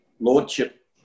lordship